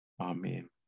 amen